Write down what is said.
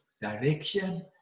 direction